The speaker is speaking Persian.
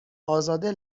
ازاده